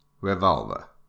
Revolver